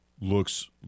looks